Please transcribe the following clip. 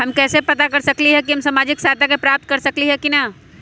हम कैसे पता कर सकली ह की हम सामाजिक सहायता प्राप्त कर सकली ह की न?